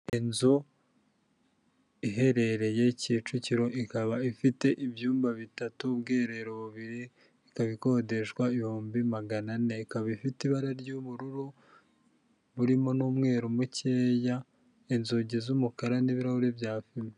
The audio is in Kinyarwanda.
Inzu iherereye kicukiro ikaba ifite ibyumba bitatu, ubwiherero bubiri, ikaba ikodeshwa ibihumbi magana ane ikaba ifite ibara ry'ubururu burimo n'umweru mukeya inzugi z'umukara n'ibirahuri bya fime.